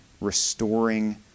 restoring